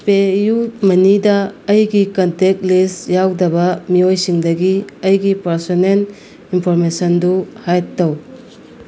ꯄꯦ ꯌꯨ ꯃꯅꯤꯗ ꯑꯩꯒꯤ ꯀꯟꯇꯦꯛ ꯂꯤꯁ ꯌꯥꯎꯗꯕ ꯃꯤꯑꯣꯏꯁꯤꯡꯗꯒꯤ ꯑꯩꯒꯤ ꯄꯥꯔꯁꯣꯅꯦꯜ ꯏꯟꯐꯣꯔꯃꯦꯁꯟꯗꯨ ꯍꯥꯏꯠ ꯇꯧ